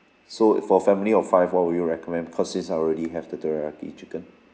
so for a family of five what will you recommend because since I already have the teriyaki chicken